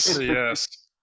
yes